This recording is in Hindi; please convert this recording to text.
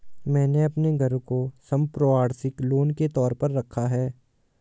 मैंने अपने घर को संपार्श्विक लोन के तौर पर रखा है